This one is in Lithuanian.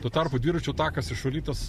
tuo tarpu dviračių takas išvalytas